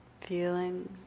Feeling